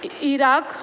Iraq